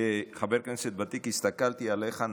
כחבר כנסת ותיק הסתכלתי עליך,